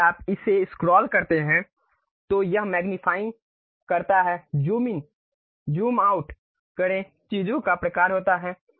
यदि आप इसे स्क्रॉल करते हैं तो यह मैग्नीफाइंग करता है ज़ूम इन ज़ूम आउट करें चीजों का प्रकार होता है